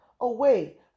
away